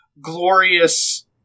glorious